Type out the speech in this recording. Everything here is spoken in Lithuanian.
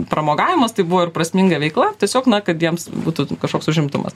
pramogavimas tai buvo ir prasminga veikla tiesiog na kad jiems būtų kažkoks užimtumas